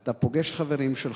אתה פוגש חברים שלך,